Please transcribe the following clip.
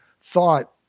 thought